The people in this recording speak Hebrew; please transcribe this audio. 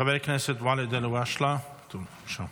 חבר הכנסת אלהואשלה, בבקשה.